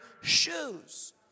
shoes